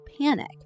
panic